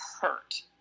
hurt